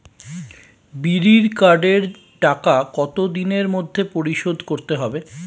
বিড়ির কার্ডের টাকা কত দিনের মধ্যে পরিশোধ করতে হবে?